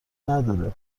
نداره